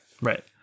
Right